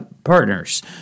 partners